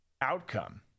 outcome